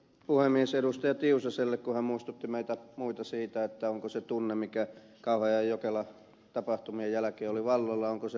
tiusaselle kun hän muistutti meitä muita siitä onko se tunne mikä kauhajoen ja jokelan tapahtumien jälkeen oli vallalla unohtunut